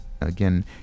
again